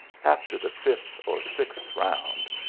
after the fifth or sixth round,